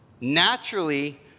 naturally